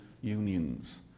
unions